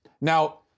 Now